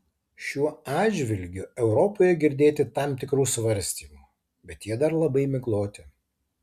šiuo atžvilgiu europoje girdėti tam tikrų svarstymų bet jie dar labai migloti